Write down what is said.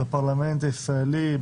בפרלמנט הישראלי,